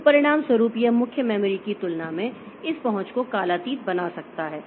तो परिणामस्वरूप यह मुख्य मेमोरी की तुलना में इस पहुंच को कालातीत बना सकता है